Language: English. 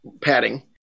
padding